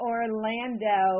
Orlando